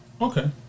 okay